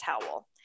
towel